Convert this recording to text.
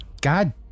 God